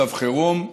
מצב חירום,